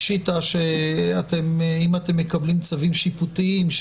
פשיטא שאם אתם מקבלים צווים שיפוטיים,